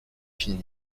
fini